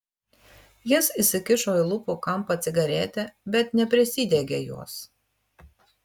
jis įsikišo į lūpų kampą cigaretę bet neprisidegė jos